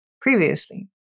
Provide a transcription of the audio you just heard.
previously